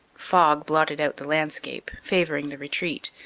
fog blotted out the landscape, favoring the retreat.